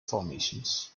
formations